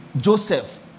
Joseph